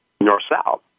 north-south